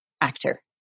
actor